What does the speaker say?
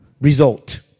result